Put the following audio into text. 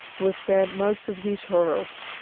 were spared most of these horrors.